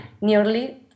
nearly